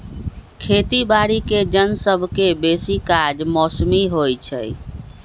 खेती बाड़ीके जन सभके बेशी काज मौसमी होइ छइ